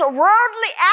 worldly